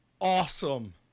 awesome